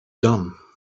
done